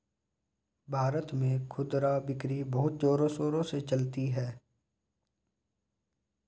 भारत में खुदरा बिक्री बहुत जोरों शोरों से चलती है